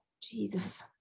Jesus